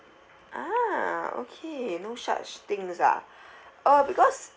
ah okay no such things ah oh because